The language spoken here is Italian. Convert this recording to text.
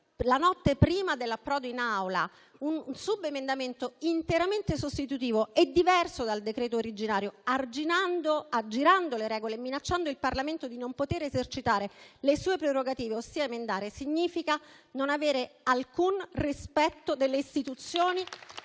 la notte prima dell'approdo in Aula, un subemendamento interamente sostitutivo e diverso dal decreto originario, aggirando le regole e minacciando il Parlamento di non poter esercitare le sue prerogative, ossia emendare, significa non avere alcun rispetto delle istituzioni